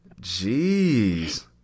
Jeez